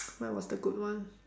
where was the good one